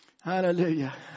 Hallelujah